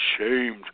ashamed